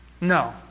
No